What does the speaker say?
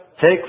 take